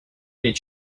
get